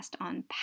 on